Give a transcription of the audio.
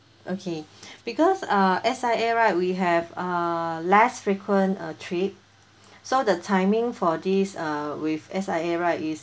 okay because err S_I_A right we have err less frequent uh trip so the timing for this err with S_I_A right is